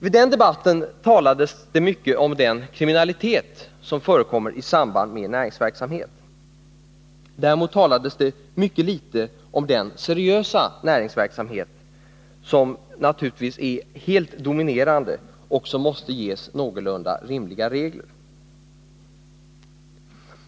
I den debatten talades det mycket om den kriminalitet som förekommer i samband med näringsverksamhet. Däremot talades det mycket litet om den seriösa näringsverksamhet som naturligtvis är helt dominerande och som måste ges någorlunda rimliga regler.